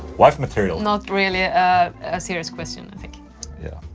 wife material. not really a serious question i think yeah,